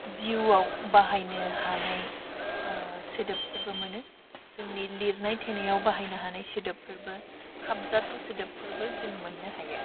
जिवाव बाहायनो हानाय सोदोबफोरबो मोनो जोंनि लिरनाय थैनायाव बाहायनो हानाय सोदोबफोरबो खाबजाथाव सोदोबफोरबो जों मोननो हायो